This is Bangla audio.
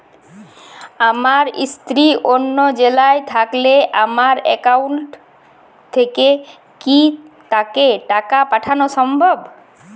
আমার স্ত্রী অন্য জেলায় থাকলে আমার অ্যাকাউন্ট থেকে কি তাকে টাকা পাঠানো সম্ভব?